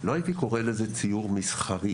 לא הייתי קורא לזה ציור מסחרי.